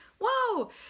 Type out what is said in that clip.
Whoa